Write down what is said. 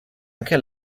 anche